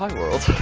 world.